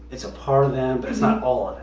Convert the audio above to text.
it's a part of them. but it's not all of